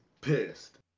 pissed